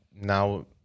now